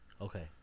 okay